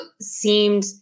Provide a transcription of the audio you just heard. seemed